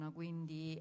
quindi